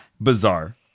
bizarre